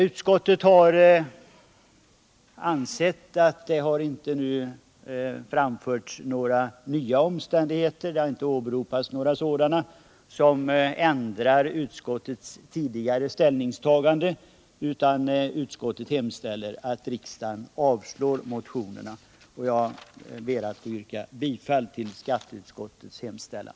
Utskottet anser att det inte nu har åberopats några nya omständigheter som motiverar ett ändrat ställningstagande, utan utskottet hemställer att riksdagen avslår motionerna. Jag ber att få yrka bifall till skatteutskottets hemställan.